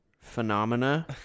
phenomena